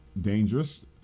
dangerous